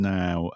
now